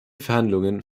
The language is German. verhandlungen